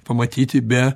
pamatyti be